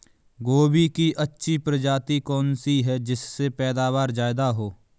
गोभी की अच्छी प्रजाति कौन सी है जिससे पैदावार ज्यादा हो?